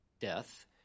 death